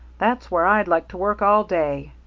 that's where i'd like to work all day.